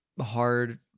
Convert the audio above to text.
hard